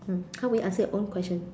hmm how will you answer your own question